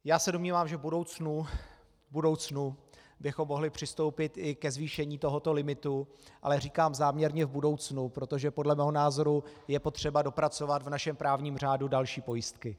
Já se domnívám, že v budoucnu bychom mohli přistoupit i ke zvýšení tohoto limitu, ale říkám záměrně v budoucnu, protože podle mého názoru je potřeba dopracovat v našem právním řádu další pojistky.